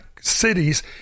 cities